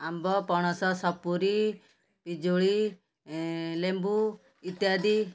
ଆମ୍ବ ପଣସ ସପୁରି ପିଜୁଳି ଲେମ୍ବୁ ଇତ୍ୟାଦି